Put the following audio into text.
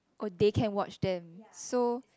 oh they can watch them so